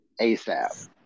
ASAP